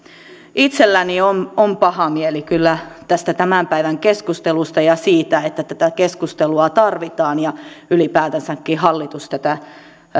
itselläni on paha mieli kyllä tästä tämän päivän keskustelusta ja siitä että tätä keskustelua tarvitaan ja ylipäätänsäkin hallitus tätä